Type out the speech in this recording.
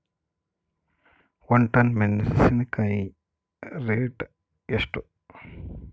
ಒಂದು ಟನ್ ಮೆನೆಸಿನಕಾಯಿ ರೇಟ್ ಎಷ್ಟು?